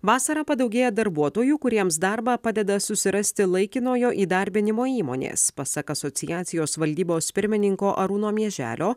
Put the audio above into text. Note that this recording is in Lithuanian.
vasarą padaugėja darbuotojų kuriems darbą padeda susirasti laikinojo įdarbinimo įmonės pasak asociacijos valdybos pirmininko arūno mieželio